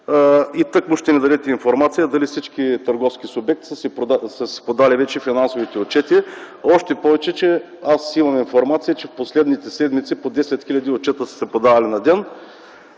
Тъкмо ще ми дадете информация дали всички търговски субекти са си подали вече финансовите отчети, още повече че аз имам информация, че последните седмици по 10 хил. отчета са се подавали на ден.